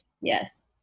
Yes